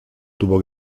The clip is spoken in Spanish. tuvo